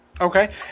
Okay